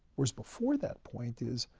whereas before that point is,